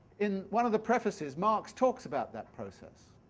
in one of the prefaces marx talks about that process,